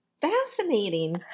fascinating